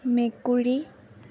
মেকুৰী